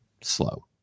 slow